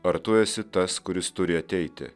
ar tu esi tas kuris turi ateiti